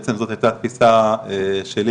זה בעצם הייתה תפיסה שלי,